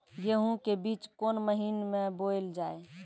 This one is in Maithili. गेहूँ के बीच कोन महीन मे बोएल जाए?